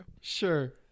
Sure